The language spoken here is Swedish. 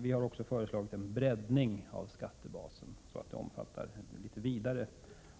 Vi har också föreslagit en breddning av skattebasen till att omfatta ett vidare